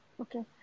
Okay